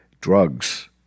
drugs